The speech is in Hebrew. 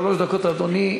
שלוש דקות, אדוני.